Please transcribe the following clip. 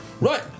right